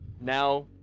now